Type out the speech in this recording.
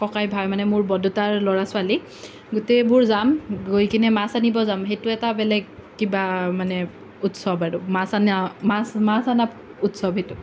ককাই ভাই মানে মোৰ বৰদেউতাৰ ল'ৰা ছোৱালী গোটেইবোৰ যাম গৈ কিনে মাছ আনিব যাম সেইটো এটা বেলেগ কিবা মানে উৎসৱ আৰু মাছ অনা মাছ মাছ অনা উৎসৱ সেইটো